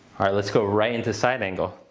alright let's go right into side angle.